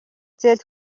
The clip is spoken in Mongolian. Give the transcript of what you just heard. зээл